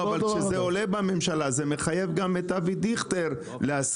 אבל כשזה עולה בממשלה זה מחייב גם את אבי דיכטר להסכים.